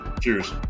Cheers